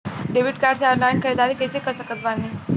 Debit card से online ख़रीदारी कैसे कर सकत बानी?